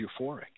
euphoric